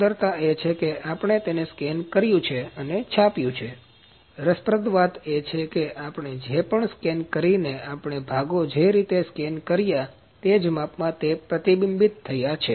સુંદરતા એ છે કે આપણે તેને સ્કેન કર્યું છે અને છાપ્યું છે રસપ્રદ વાત એ છે કે આપણે જે પણ સ્કેન કરીને આપણને ભાગો જે રીતે સ્કેન કર્યા તે જ માપમાં તે પ્રતિબિંબિત થાય છે